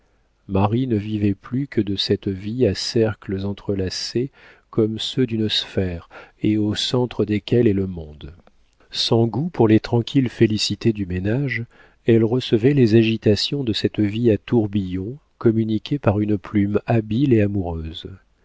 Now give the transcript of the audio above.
marie ne vivait plus que de cette vie à cercles entrelacés comme ceux d'une sphère et au centre desquels est le monde sans goût pour les tranquilles félicités du ménage elle recevait les agitations de cette vie à tourbillons communiquées par une plume habile et amoureuse